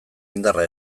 indarra